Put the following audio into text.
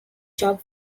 job